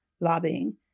lobbying